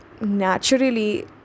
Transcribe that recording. naturally